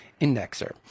indexer